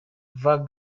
van